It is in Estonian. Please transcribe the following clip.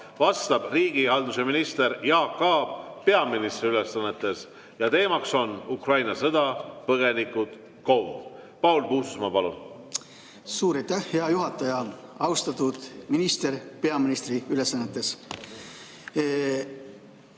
vastab riigihalduse minister Jaak Aab peaministri ülesannetes ja teema on Ukraina sõda, põgenikud, KOV. Paul Puustusmaa, palun! Suur aitäh, hea juhataja! Austatud minister peaministri ülesannetes!